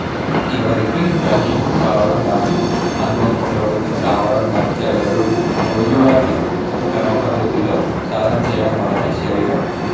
ఎవరికి గ్రాహ్యం కావడం కాని అనుభవములోనికి రావడం కాని జరగదు రోజువారి ఒక క్రమ పద్ధతిలో సాధన చేయడం వలన శరీరం